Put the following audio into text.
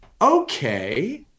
okay